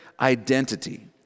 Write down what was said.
identity